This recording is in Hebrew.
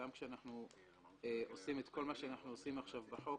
גם כשאנחנו עושים את כל מה שאנחנו עושים עכשיו בחוק,